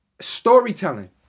storytelling